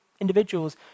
individuals